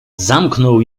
zamknął